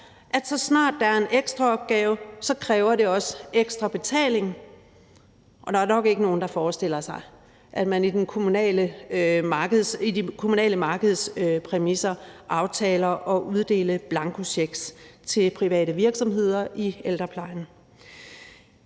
at så snart der er en ekstra opgave, kræver det også ekstra betaling, og der er nok ikke nogen, der forestiller sig, at man i de kommunale markedspræmisser aftaler at uddele blankochecks til private virksomheder i ældreplejen.